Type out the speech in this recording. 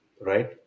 right